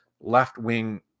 left-wing